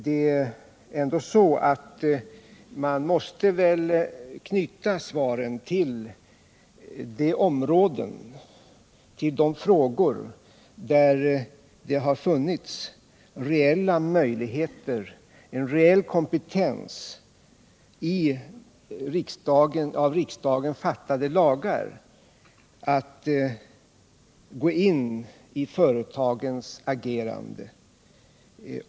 Det är ändå så att man måste knyta svaren till de områden, till de frågor där det har funnits reella möjligheter och en reell kompetens att enligt av riksdagen stiftade lagar gå in i företagens agerande.